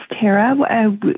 tara